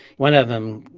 one of them,